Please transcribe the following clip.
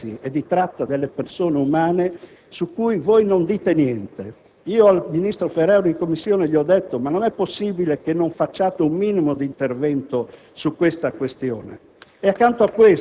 Dietro questi pullman che portano cittadini o cittadine di quei Paesi, che vorrebbero trovare un lavoro in Italia e che vengono nel nostro